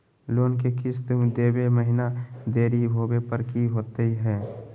Loan के किस्त देवे महिना देरी होवे पर की होतही हे?